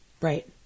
Right